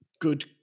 good